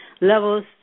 levels